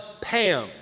Pam